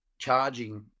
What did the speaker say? charging